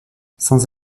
sans